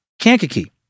Kankakee